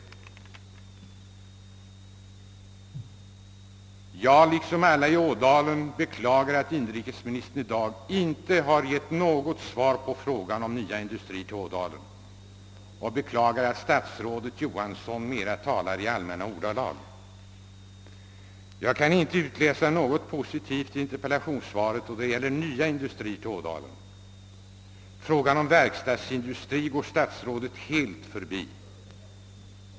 Jag liksom alla i Ådalen beklagar, att inrikesministern i dag inte har gett något svar på frågan om nya industrier till Ådalen, och beklagar att statsrådet Johansson mera talar i allmänna ordalag. Jag kan inte utläsa något positivt i interpellationssvaret då det gäller nya industrier till Ådalen. Frågan om verkstadsindustri går statsrådet helt förbi.